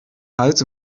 hals